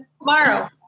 Tomorrow